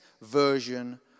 version